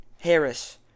harris